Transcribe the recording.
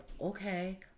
okay